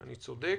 אני צודק?